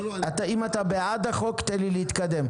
אם אתה בעד החוק, תן לי להתקדם.